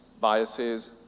biases